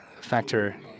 factor